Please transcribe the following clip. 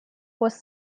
was